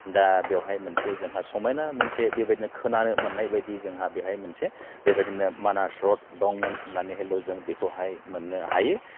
दा बेवहाय जोंहा मोनसे समायना मोनसे बेबायदिनो खोनानो मोननाय बायदि जोंहा बेहाय मोनसे बेबायदिनो मानास रड दंमोन होननानैहायल' जों बेखौहाय मोननो हायो